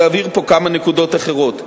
להבהיר פה כמה נקודות אחרות.